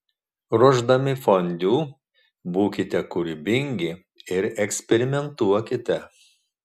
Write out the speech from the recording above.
ruošdami fondiu būkite kūrybingi ir eksperimentuokite